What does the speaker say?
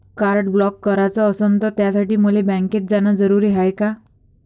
Card block कराच असनं त त्यासाठी मले बँकेत जानं जरुरी हाय का?